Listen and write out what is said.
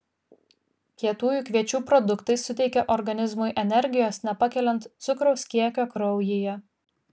kietųjų kviečių produktai suteikia organizmui energijos nepakeliant cukraus kiekio kraujyje